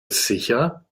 sicher